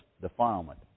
defilement